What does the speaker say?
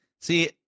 See